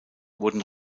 wurden